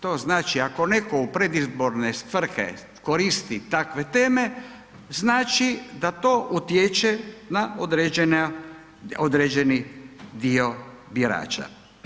To znači ako netko u predizborne svrhe koristi takve teme znači da to utječe na određeni dio birača.